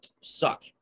suck